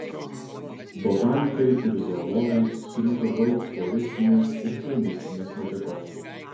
botanikai ir zoologai surinko daug floristinės ir faunistinės medžiagos